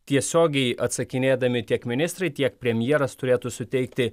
tiesiogiai atsakinėdami tiek ministrai tiek premjeras turėtų suteikti